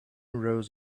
rows